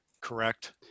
correct